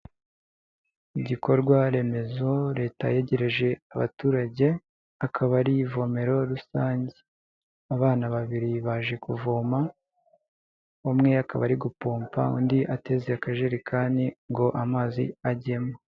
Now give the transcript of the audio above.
Igikorwa remezo leta yegereje abaturage, akaba ari ivomero rusange. Abana babiri baje kuvoma umwe akaba ari gupompa, undi ateruye akajerekani ngo amazi ajyemo.